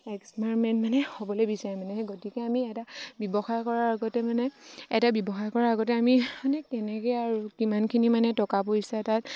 experiment মানে হ'বলৈ বিচাৰে মানে সেই গতিকে আমি এটা ব্যৱসায় কৰাৰ আগতে মানে এটা ব্যৱসায় কৰাৰ আগতে আমি মানে কেনেকৈ আৰু কিমানখিনি মানে টকা পইচা তাত